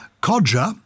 Codger